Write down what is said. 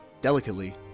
delicately